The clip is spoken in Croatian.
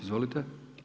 Izvolite!